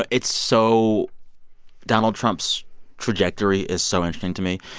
ah it's so donald trump's trajectory is so interesting to me.